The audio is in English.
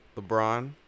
LeBron